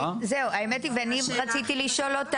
אני רק רוצה להבהיר משהו אחד.